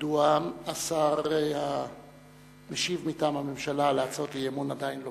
מדוע השר המשיב מטעם הממשלה להצעות האי-אמון עדיין לא